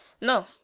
no